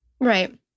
right